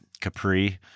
Capri